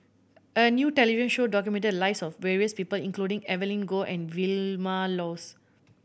a new television show documented the lives of various people including Evelyn Goh and Vilma Laus